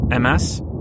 MS